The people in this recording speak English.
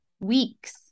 weeks